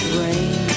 rain